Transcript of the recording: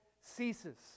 ceases